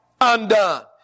undone